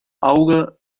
auge